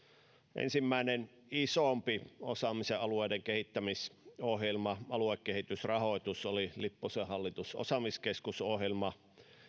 ensimmäinen isompi osaamisen ja alueiden kehittämisohjelma aluekehitysrahoitus oli lipposen hallituksen osaamiskeskusohjelma